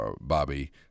Bobby